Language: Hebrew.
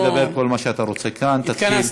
יש לך את הזכות לדבר כל מה שאתה רוצה כאן, תתחיל.